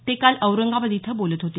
ते काल औरंगाबाद इथं बोलत होते